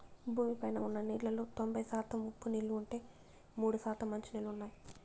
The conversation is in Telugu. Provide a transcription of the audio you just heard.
భూమి పైన ఉన్న నీళ్ళలో తొంబై శాతం ఉప్పు నీళ్ళు ఉంటే, మూడు శాతం మంచి నీళ్ళు ఉన్నాయి